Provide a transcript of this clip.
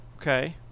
Okay